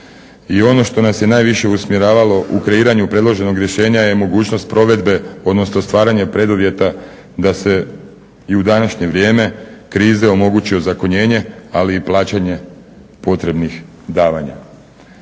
I ono što nas je najviše usmjeravalo u kreiranju predloženog rješenja je mogućnost provedbe, odnosno stvaranja preduvjeta da se i u današnje vrijeme krize omogući ozakonjenje ali i plaćanje potrebnih davanja.